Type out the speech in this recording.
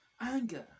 anger